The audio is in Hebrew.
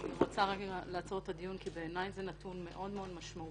אני רוצה לעצור רגע את הדיון כי בעיניי זה נתון מאוד משמעותי,